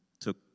took